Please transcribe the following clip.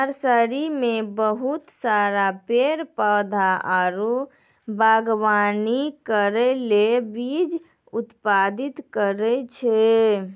nursery मे बहुत सारा पेड़ पौधा आरु वागवानी करै ले बीज उत्पादित करै छै